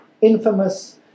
infamous